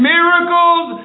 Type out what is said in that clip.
Miracles